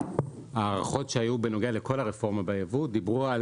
ההערכות שהיו בנוגע לכל הרפורמה ביבוא דיברו על